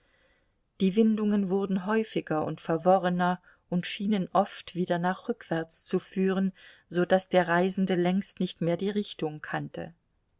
die windungen wurden häufiger und verworrener und schienen oft wieder nach rückwärts zu führen so daß der reisende längst nicht mehr die richtung kannte